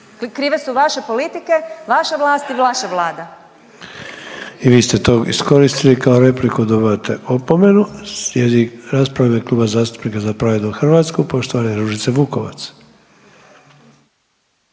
krive su vaše politike, vaše vlasti i vaša Vlada. **Sanader, Ante (HDZ)** I vi ste ovo iskoristili kao repliku dobivate opomenu. Slijedi rasprava u ime Kluba zastupnika Za pravednu Hrvatsku poštovane Ružice Vukovac.